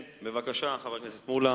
כן, בבקשה, חבר הכנסת מולה,